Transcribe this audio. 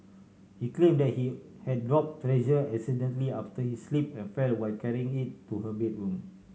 he claimed that he had drop Treasure accidentally after he slip and fell while carrying it to her bedroom